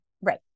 Right